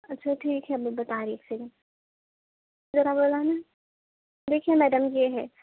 اچھا ٹھیک ہے میں بتا رہی ایک سیکنڈ ذرا وہ لانا دیکھیے میڈم یہ ہے